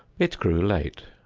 it grew late.